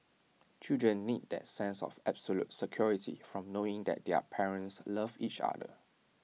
children need that sense of absolute security from knowing that their parents love each other